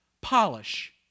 polish